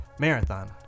Marathon